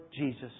Jesus